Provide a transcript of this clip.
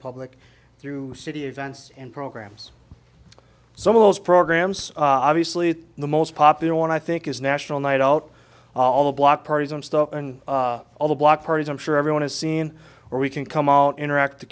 public through city events and programs some of those programs obviously the most popular one i think is national night out all the block parties and stuff and all the block parties i'm sure everyone has seen where we can come all interact t